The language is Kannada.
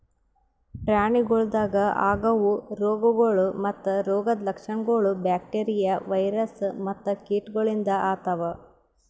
ಪ್ರಾಣಿಗೊಳ್ದಾಗ್ ಆಗವು ರೋಗಗೊಳ್ ಮತ್ತ ರೋಗದ್ ಲಕ್ಷಣಗೊಳ್ ಬ್ಯಾಕ್ಟೀರಿಯಾ, ವೈರಸ್ ಮತ್ತ ಕೀಟಗೊಳಿಂದ್ ಆತವ್